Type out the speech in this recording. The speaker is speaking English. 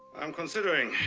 i'm considering.